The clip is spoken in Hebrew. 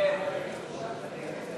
ביתנו